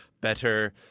better